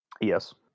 Yes